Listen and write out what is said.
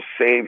save